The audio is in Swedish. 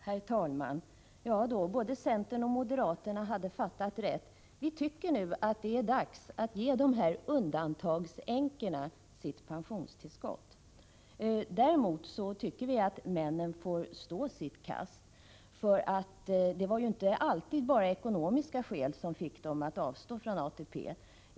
Herr talman! Ja, både centern och moderaterna har fattat rätt. Vi tycker att det nu är dags att ge dessa änkor sitt pensionstillskott. Däremot tycker vi att männen får stå sitt kast. Det var ju inte alltid bara ekonomiska skäl som fick dem att avstå från ATP.